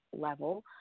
level